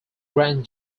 grand